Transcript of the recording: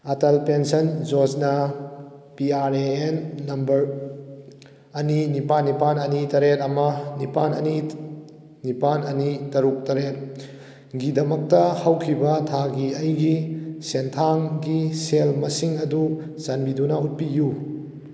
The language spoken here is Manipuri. Atal pension Yojana P R A N number ꯑꯅꯤ ꯅꯤꯄꯥꯜ ꯅꯤꯄꯥꯜ ꯑꯅꯤ ꯇꯔꯦꯠ ꯑꯃ ꯅꯤꯄꯥꯜ ꯑꯅꯤ ꯅꯤꯄꯥꯜ ꯑꯅꯤ ꯇꯔꯨꯛ ꯇꯔꯦꯠꯒꯤꯗꯃꯛꯇ ꯍꯧꯈꯤꯕ ꯊꯥꯒꯤ ꯑꯩꯒꯤ ꯁꯦꯟꯊꯥꯡꯒꯤ ꯁꯦꯜ ꯃꯁꯤꯡ ꯑꯗꯨ ꯆꯥꯟꯕꯤꯗꯨꯅ ꯎꯠꯄꯤꯌꯨ